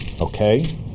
Okay